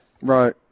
Right